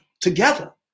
together